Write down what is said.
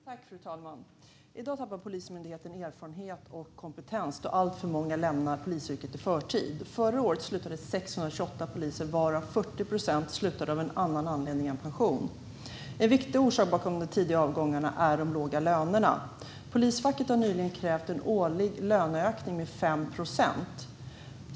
Fru talman! I dag tappar Polismyndigheten erfarenhet och kompetens då alltför många lämnar polisyrket i förtid. Förra året slutade 628 poliser, varav 40 procent av en annan anledning än pension. En viktig orsak bakom de tidiga avgångarna är de låga lönerna. Polisfacket har nyligen krävt en årlig löneökning med 5 procent.